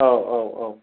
औ औ औ